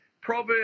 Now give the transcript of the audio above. proverb